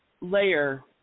layer